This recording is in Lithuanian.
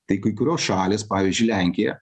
tai kai kurios šalys pavyzdžiui lenkija